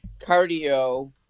cardio